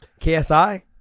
KSI